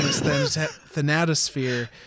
thanatosphere